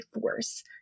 force